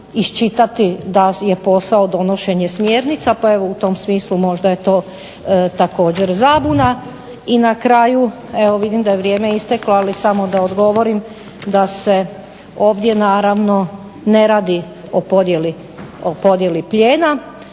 iščitali t da je posao donošenje smjernica pa evo u tom smislu možda je to također zabuna. I na kraju evo vidim da je vrijeme isteklo ali samo da odgovorim da se ovdje ne radi o podjeli plijena